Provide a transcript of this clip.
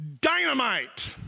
Dynamite